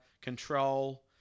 control